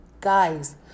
guys